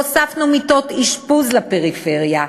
הוספנו מיטות אשפוז לפריפריה,